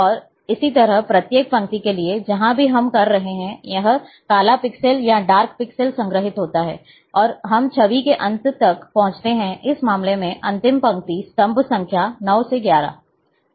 और इसी तरह प्रत्येक पंक्ति के लिए जहाँ भी हम कर रहे हैं यह काला पिक्सेल या डार्क पिक्सेल संग्रहीत होता है और हम छवि के अंत तक पहुँचते हैं इस मामले में अंतिम पंक्ति स्तंभ संख्या 9 से 11